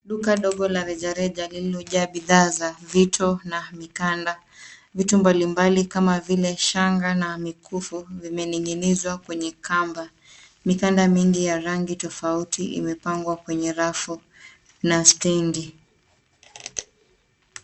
Duka ndogo la rejareja lililojaa bidhaa za vito na mikanda. Vitu mbalimbali kama vile shanga na mikufu vimening'inizwa kwenye kamba. Mikanda mingi ya rangi tofauti imepangwa kwenye rafu na stand .